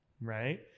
right